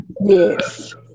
Yes